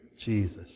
Jesus